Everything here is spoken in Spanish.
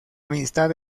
amistad